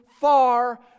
far